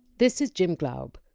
this is jim glaub.